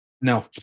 No